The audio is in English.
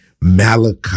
Malachi